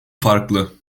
farklı